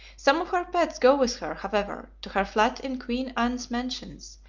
some of her pets go with her, however, to her flat in queen anne's mansions,